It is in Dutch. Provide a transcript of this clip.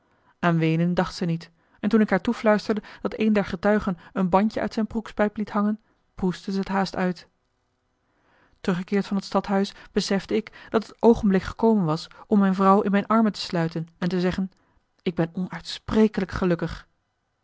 aan weenen dacht zij niet en toen ik haar toefluisterde dat een der getuigen een bandje uit zijn broekspijp liet hangen proestte zij t haast uit teruggekeerd van het stadhuis besefte ik dat het marcellus emants een nagelaten bekentenis oogenblik gekomen was om mijn vrouw in mijn armen te sluiten en te zeggen ik ben onuitsprekelijk gelukkig